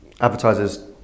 advertisers